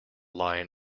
lion